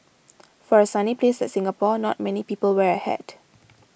for a sunny place like Singapore not many people wear a hat